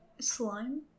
Slime